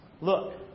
Look